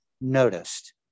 noticed